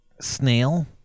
snail